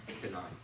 tonight